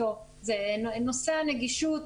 נושא הנגישות